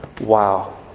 wow